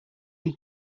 call